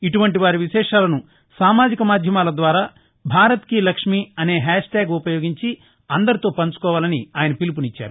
ఇటువంటి వారి విశేషాలను సామాజిక మాధ్యమాల ద్వారా భారత్ కీ లక్ష్మీ అనే హాష్ ట్యాగ్ ఉపయోగించి అందరితో పంచుకోవాలని ఆయన పిలుపునిచ్చారు